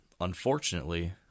unfortunately